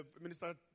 Minister